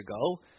ago